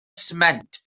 sment